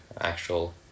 actual